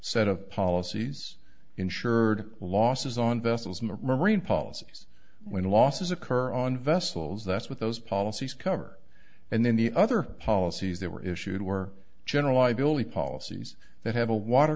set of policies insured losses on vessels marine policies when losses occur on vessels that's what those policies cover and then the other policies that were issued were general i believe policies that have a water